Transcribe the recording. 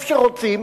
איפה שרוצים,